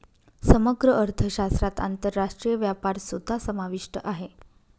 समग्र अर्थशास्त्रात आंतरराष्ट्रीय व्यापारसुद्धा समाविष्ट आहे